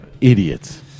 idiots